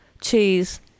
cheese